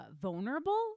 vulnerable